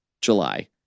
July